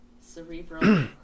cerebral